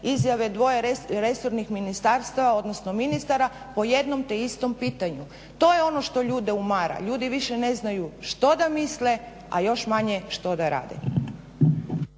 izjave dvoje resornih ministarstava, odnosno ministara po jednom te istom pitanju. To je ono što ljude umara, ljudi više ne znaju što da misle, a još manje što da rade.